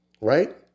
right